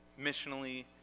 missionally